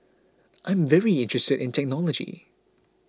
I'm very interested in technology